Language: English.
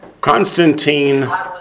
Constantine